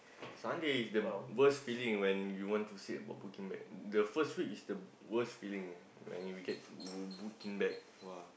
Sunday is the worst feeling when you want to said about booking back the first week is the worst feeling eh when you will get booking back !wah!